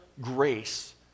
grace